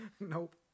Nope